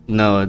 no